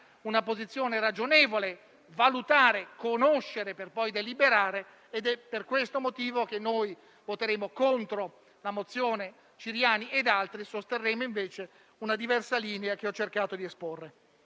una posizione ragionevole: valutare e conoscere per poi deliberare, ed è per questo motivo che voteremo contro la mozione a firma Ciriani ed altri e sosterremo, invece, una diversa linea che ho cercato di esporre.